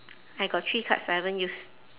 I got three cards I haven't use